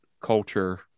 culture